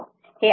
हे i12 आहे